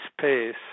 space